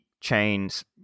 chain's